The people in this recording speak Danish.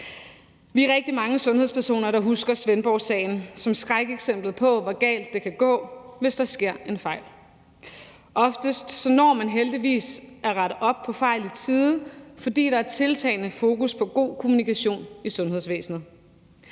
Vi er rigtig mange sundhedspersoner, der husker Svendborgsagen som et skrækeksempel på, hvor galt det kan gå, hvis der sker en fejl. Oftest når man heldigvis at rette op på fejl i tide, fordi der er tiltagende fokus på god kommunikation i sundhedsvæsenet,